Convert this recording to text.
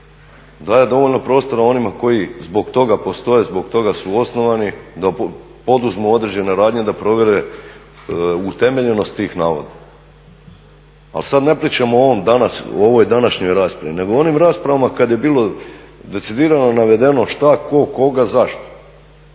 daje dovoljno prostora onima koji zbog toga postoje, zbog toga su osnovani da poduzmu određene radnje, da provjere utemeljenost tih navoda. Ali sada ni pričamo o ovom danas, o ovoj današnjoj raspravi, nego o onim raspravama kada je bilo decidirano, navedeno što, tko, koga, zašto.